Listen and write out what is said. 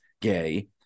gay